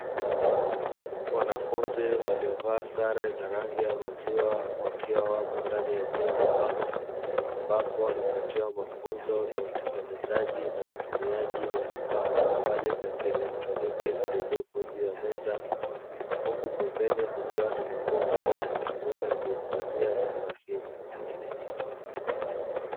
Wanafunzi waliovaa sare ya rangi ya maziwa, wakiwa wapo ndani ya jengo pana, ambapo wanapatiwa mafunzo ya utengenezaji na utumiaji wa vifaa mbalimbali vya kieletroniki vilivyopo juu ya meza, huku pembeni kukiwa na maboksi yanayotumika kuhifadhia vifaa hivyo.